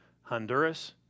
Honduras